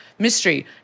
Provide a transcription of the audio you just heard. Mystery